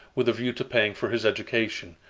with a view to paying for his education.